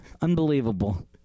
unbelievable